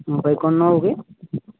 ହଁ ଭାଇ କ'ଣ ନେବ କି